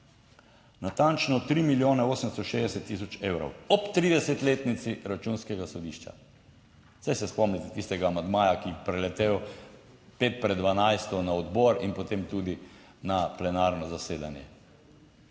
natančno 3 milijone 860 tisoč evrov ob 30-letnici Računskega sodišča. Saj se spomnite tistega amandmaja, ki je priletel pet pred 12. na odbor in potem tudi na plenarno zasedanje.